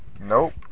Nope